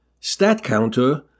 StatCounter